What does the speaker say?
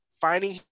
finding